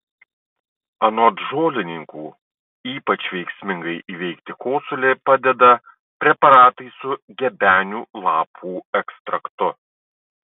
anot žolininkų ypač veiksmingai įveikti kosulį padeda preparatai su gebenių lapų ekstraktu